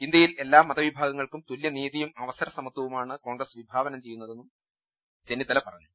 ഇന്ത്യയിൽ എല്ലാ മതവിഭാഗങ്ങൾക്കും തുല്യ നീതിയും അവസരസമത്വവുമാണ് കോൺഗ്രസ് വിഭാവനം ചെയ്തതെന്നും ചെന്നിത്തല പറഞ്ഞു